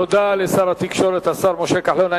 תודה לשר התקשורת, השר משה כחלון.